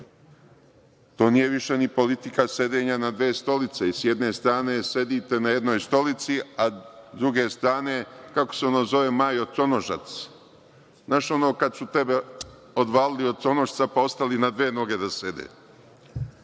To nije više ni politika sedenja na dve stolice, i s jedne strane sedite na jednoj stolici, a s druge strane, kako se ono zove Majo – tronožac, znaš ono kad su tebe odvalili od tronožca, pa ostali na dve noge da sede,